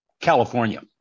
California